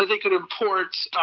ah could um forge,